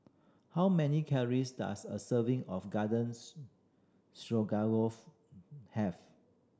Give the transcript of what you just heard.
how many calories does a serving of Garden Stroganoff have